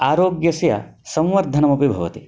आरोग्यस्य संवर्धनमपि भवति